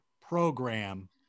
program